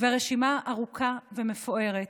והרשימה ארוכה ומפוארת.